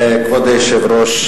כבוד היושב-ראש,